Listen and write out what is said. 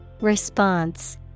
Response